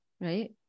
right